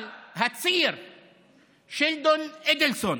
אבל הציר שלדון אדלסון